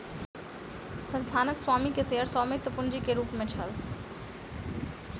संस्थानक स्वामी के शेयर स्वामित्व पूंजी के रूप में छल